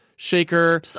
shaker